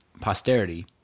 posterity